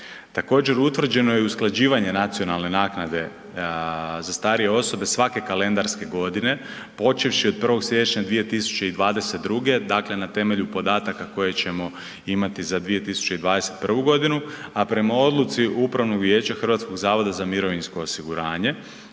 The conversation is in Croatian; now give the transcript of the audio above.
Također utvrđeno je usklađivanje nacionalne naknade za starije osobe svake kalendarske godine počevši od 1.siječnja 2022.na temelju podataka koje ćemo imati za 2021.godinu, a prema odluci Upravnog vijeća HZMO-a koja se veže uz stopu porasta